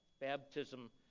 Baptism